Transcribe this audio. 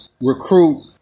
recruit